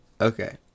okay